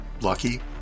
lucky